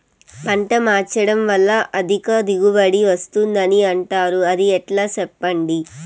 పంట మార్చడం వల్ల అధిక దిగుబడి వస్తుందని అంటారు అది ఎట్లా సెప్పండి